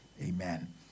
Amen